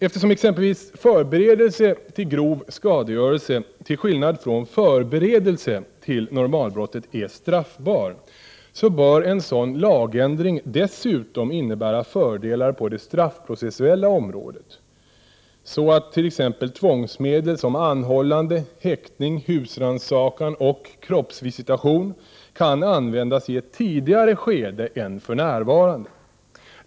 Eftersom exempelvis förberedelse till grov skadegörelse, till skillnad från förberedelse till normalbrottet, är straffbar bör en sådan lagändring dessutom innebära fördelar på det straffprocessuella området, så att t.ex. tvångsmedel som anhållande, häktning, husrannsakan och kroppsvisitation kan användas i ett tidigare skede än för närvarande.